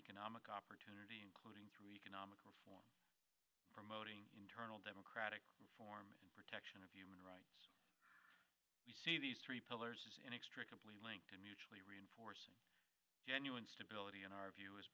economic opportunity including through economic reform promoting internal democratic form of protection of human rights we see these three pillars inextricably linked to mutually reinforcing genuine stability in our view is